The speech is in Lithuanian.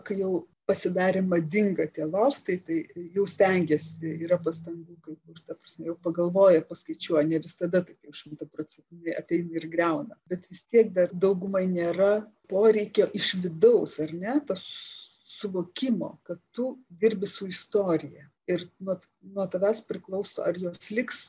kai jau pasidarė madinga tie loftai tai jau stengiasi yra pastangų kaip kur ta prasme jau pagalvoja ir paskaičiuoja ne visada taip šimtaprocentiniai ateina ir griauna bet vis tiek dar daugumai nėra poreikio iš vidaus ar ne tas suvokimo kad tu dirbi su istorija ir vat nuo tavęs priklauso ar jos liks